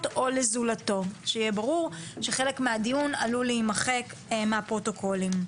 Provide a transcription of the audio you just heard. או לזולתו - שיהיה ברור שחלק מהדיון עלול להימחק מהפרוטוקולים.